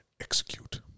execute